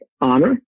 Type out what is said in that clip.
honor